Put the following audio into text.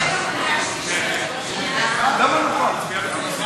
3 נתקבלו.